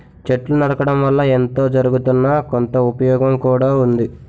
చెట్లు నరకడం వల్ల ఎంతో జరగుతున్నా, కొంత ఉపయోగం కూడా ఉంది